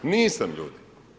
Nisam ljudi!